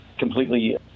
completely